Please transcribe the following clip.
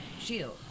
shield